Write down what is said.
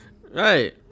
Right